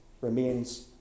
remains